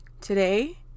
Today